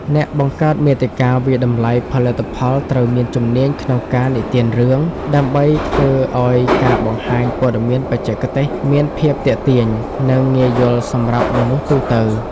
អ្នកបង្កើតមាតិកាវាយតម្លៃផលិតផលត្រូវមានជំនាញក្នុងការនិទានរឿង ដើម្បីធ្វើឱ្យការបង្ហាញព័ត៌មានបច្ចេកទេសមានភាពទាក់ទាញ និងងាយយល់សម្រាប់មនុស្សទូទៅ។